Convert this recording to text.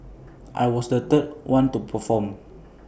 I was the third one to perform